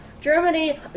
Germany